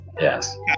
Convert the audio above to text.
Yes